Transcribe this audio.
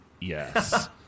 yes